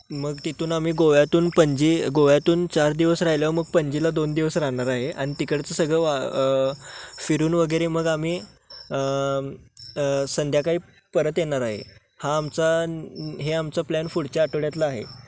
मग तिथून आम्ही गोव्यातून पणजी गोव्यातून चार दिवस राहिल्यावर मग पणजीला दोन दिवस राहणार आहे आणि तिकडचं सगळं वा फिरून वगैरे मग आम्ही संध्याकाळी परत येणार आहे हा आमचा हे आमचं प्लॅन पुढच्या आठवड्यातला आहे